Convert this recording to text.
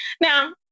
Now